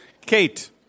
Kate